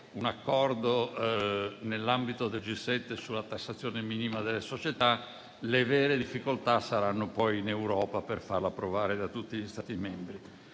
un accordo sulla tassazione minima delle società; le vere difficoltà saranno poi in Europa per farla approvare da tutti gli Stati membri.